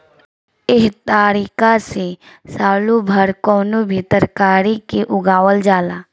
एह तारिका से सालो भर कवनो भी तरकारी के उगावल जाला